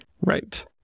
Right